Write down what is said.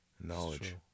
Knowledge